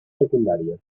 secundària